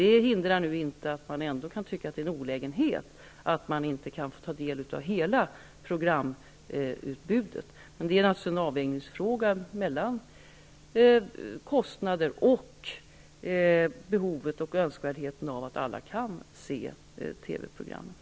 Det hindrar nu inte att man kan tycka att det är en olägenhet att alla icke kan ta del av hela programutbudet. Det sker alltså en avvägning mellan kostnader och behovet och önskvärdheten av att alla kan se TV-programmen.